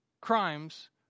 crimes